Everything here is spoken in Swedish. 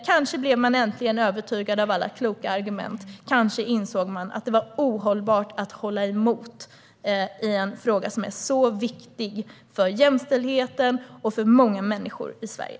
Kanske blev de äntligen övertygade av alla kloka argument och insåg att det var ohållbart att hålla emot i en fråga som är så viktig för jämställdheten och för många människor i Sverige.